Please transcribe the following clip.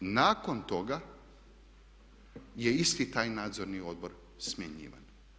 Nakon toga je isti taj Nadzorni odbor smjenjivan.